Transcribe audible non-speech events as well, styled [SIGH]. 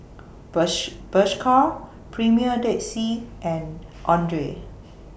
[UNINTELLIGIBLE] Bershka Premier Dead Sea and Andre